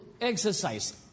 exercise